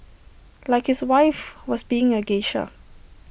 like his wife was being A geisha